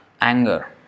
anger